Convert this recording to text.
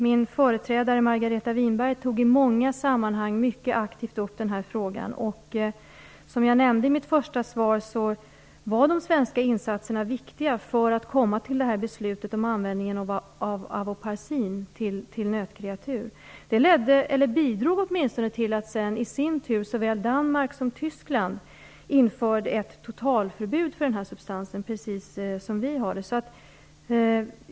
Min företrädare Margareta Winberg tog i många sammanhang mycket aktivt upp frågan. Som jag nämnde i mitt svar var de svenska insatserna viktiga för att komma fram till beslutet om användningen av avoparcin till nötkreatur. Det bidrog sedan till att såväl Danmark som Tyskland införde ett totalförbud för substansen, precis som vi har.